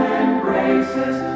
embraces